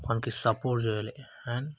వానికి సపోర్ట్ చేయాలి అండ్